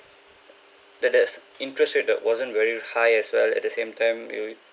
that that's interest rate that wasn't very high as well at the same time you